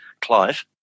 Clive